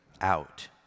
out